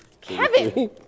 Kevin